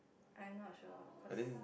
I'm not sure cause